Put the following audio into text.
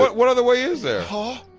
what what other way is there? ah